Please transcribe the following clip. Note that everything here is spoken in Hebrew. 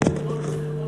זה גורף לכולם.